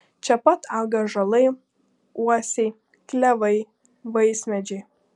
čia pat auga ąžuolai uosiai klevai vaismedžiai